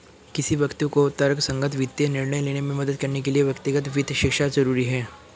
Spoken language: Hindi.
किसी व्यक्ति को तर्कसंगत वित्तीय निर्णय लेने में मदद करने के लिए व्यक्तिगत वित्त शिक्षा जरुरी है